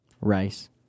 Rice